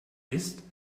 ist